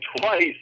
twice